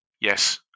yes